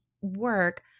work